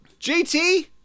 JT